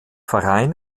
verein